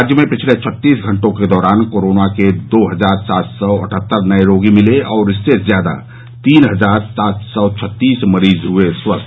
राज्य में पिछले छत्तीस घंटों के दौरान कोरोना के दो हजार सात सौ अट्ठत्तर नये रोगी मिले और इसके ज्यादा तीन हजार सात सौ छत्तीस मरीज हुए स्वस्थ